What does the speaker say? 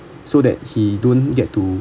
so that he don't get to